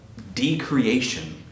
decreation